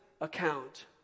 account